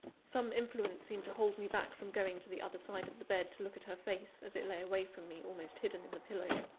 some influence seemed to hold me back from going to the other side of the bed, to look at her face, as it lay away from me, almost hidden in the pillow.